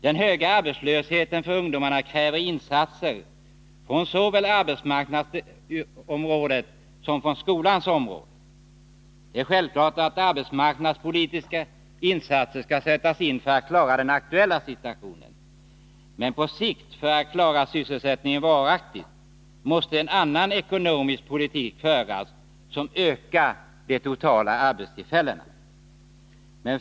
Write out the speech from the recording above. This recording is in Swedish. Den höga arbetslösheten för ungdo marna kräver insatser såväl på arbetsmarknadspolitikens område som på Nr 53 skolans område. Det är självklart att arbetsmarknadspolitiska insatser skall Onsdagen den sättas in för att klara den aktuella situationen. Men för att klara 16 december 1981 sysselsättningen varaktigt måste en annan ekonomisk politik föras, som ökar det totala antalet arbetstillfällen.